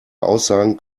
aussagen